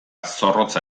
zorrotza